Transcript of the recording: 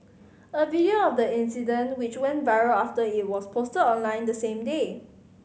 a video of the incident which went viral after it was posted online the same day